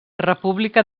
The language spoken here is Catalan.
república